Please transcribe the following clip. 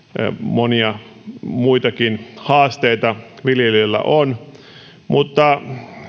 monia muitakin haasteita viljelijöillä on mutta